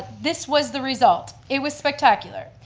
this was the result it was spectacular.